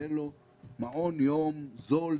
יהיה מעון יום זול,